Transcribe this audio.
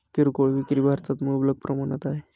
किरकोळ विक्री भारतात मुबलक प्रमाणात आहे